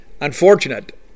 unfortunate